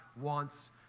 wants